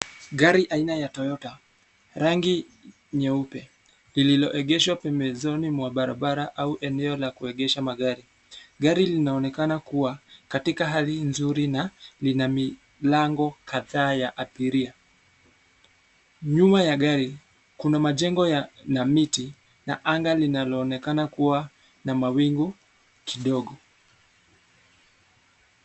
Gari aina ya Toyota, rangi nyeupe lililoegeshwa pembezoni mwa barabara au eneo la kuegesha magari. Gari linaonekana kuwa katika hali nzuri na lina milango kadhaa ya abiria, nyuma ya gari kuna majengo na miti na anga linalooneka kuwa na mawingu kidogo.